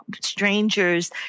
strangers